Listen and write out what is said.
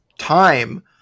time